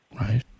Right